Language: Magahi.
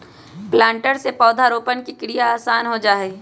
प्लांटर से पौधरोपण के क्रिया आसान हो जा हई